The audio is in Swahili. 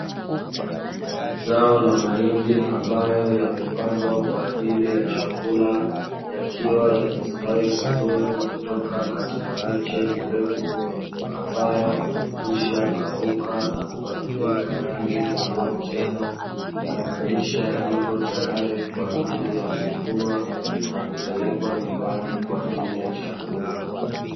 Zao la mahindi ambayo yamepandwa kwa ajili ya chakula yakiwa yamestawi vizuri kutoka katika miche mirefu, ambayo imekwisha kauka na kubadilika rangi kuwa njano, kumaanisha ipo tayari kwa ajili ya kuvunwa na kupelekwa nyumbani kwa ajili ya chakula.